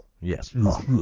Yes